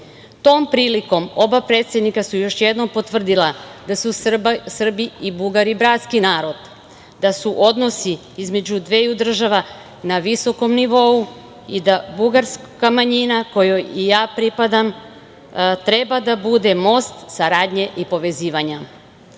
Tom prilikom oba predsednika su još jednom potvrdila da su Srbi i Bugari bratski narod, da su odnosi između dveju država na visokom nivou i da bugarska manjina, kojoj i ja pripadam, treba da bude most saradnje i povezivanja. Predsednik